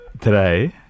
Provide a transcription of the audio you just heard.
Today